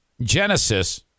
Genesis